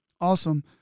Awesome